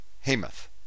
Hamath